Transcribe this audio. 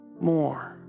More